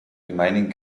remaining